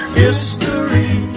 history